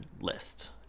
list